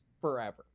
forever